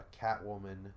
Catwoman